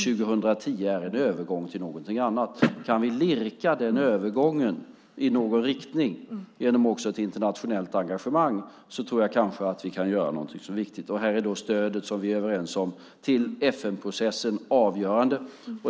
År 2010 är en övergång till någonting annat. Om vi genom ett internationellt engagemang kan lirka den övergången i någon riktning tror jag att vi kanske kan göra någonting viktigt. Här är stödet till FN-processen, som vi är överens om, avgörande.